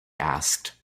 asked